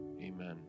Amen